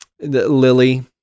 Lily